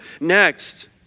next